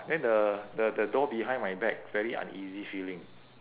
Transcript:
then the the the door behind my back very uneasy feeling